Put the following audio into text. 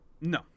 No